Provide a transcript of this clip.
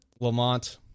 Lamont